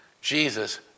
Jesus